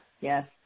Yes